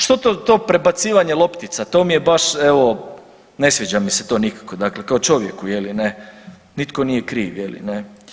Što to prebacivanje loptica, to mi je baš evo ne sviđa mi se to nikako dakle kao čovjeku je li ne, nitko nije kriv je li ne.